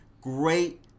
Great